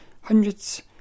hundreds